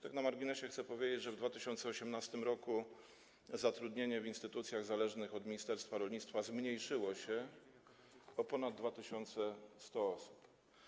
Tak na marginesie chcę powiedzieć, że w 2018 r. zatrudnienie w instytucjach zależnych od ministerstwa rolnictwa zmniejszyło się o ponad 2100 osób.